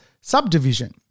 subdivision